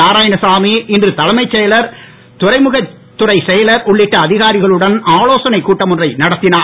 நாராயணசாமி இன்று தலைமைச் செயலர் துறைமுகத் துறைச் செயலர் உள்ளிட்ட அதிகாரிகளுடன் ஆலோசனை கூட்டம் ஒன்றை நடத்தினார்